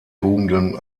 tugenden